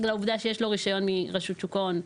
לעובדה שיש לו רישיון מרשות שוק ההון,